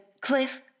Cliff